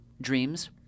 dreams